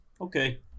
Okay